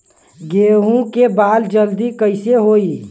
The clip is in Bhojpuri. गेहूँ के बाल जल्दी कईसे होई?